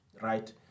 right